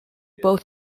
both